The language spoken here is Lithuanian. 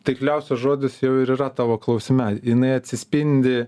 taiksliausias žodis jau ir yra tavo klausime jinai atsispindi